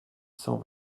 cent